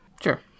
Sure